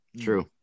True